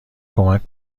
کمک